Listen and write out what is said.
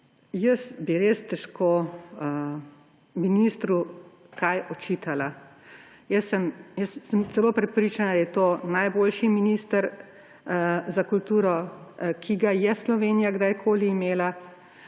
Jaz bi res težko ministru kaj očitala. Jaz sem celo prepričana, da je to najboljši minister za kulturo, ki ga je Slovenija kdajkoli imela.